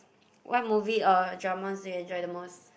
what movie or drama do you enjoy the most